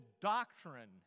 doctrine